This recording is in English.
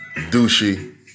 douchey